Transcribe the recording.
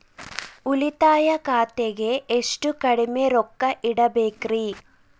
ಉಳಿತಾಯ ಖಾತೆಗೆ ಎಷ್ಟು ಕಡಿಮೆ ರೊಕ್ಕ ಇಡಬೇಕರಿ?